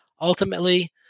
Ultimately